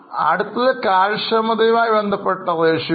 അടുത്തത് കാര്യക്ഷമതയും ആയി ബന്ധപ്പെട്ട അനുപാതമാണ്